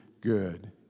good